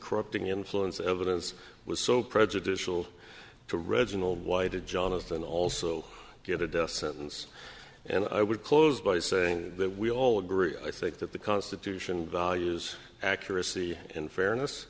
corrupting influence evidence was so prejudicial to reginald why did jonathan also get a death sentence and i would close by saying that we all agree i think that the constitution value is accuracy and fairness